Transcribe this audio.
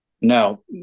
No